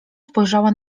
spojrzała